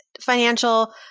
financial